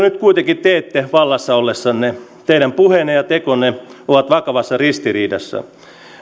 nyt kuitenkin teette vallassa ollessanne teidän puheenne ja tekonne ovat vakavassa ristiriidassa